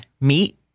meat